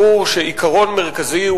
ברור שעיקרון מרכזי,